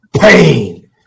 pain